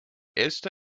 esta